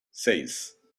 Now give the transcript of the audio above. seis